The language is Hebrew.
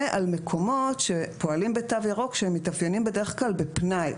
ועל מקומות שפועלים בתו ירוק שהם מתאפיינים בדרך כלל בפנאי.